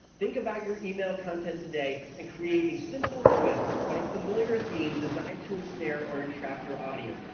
think about your email content today and create a simple twist on a familiar theme designed to ensnare or entrap your audience.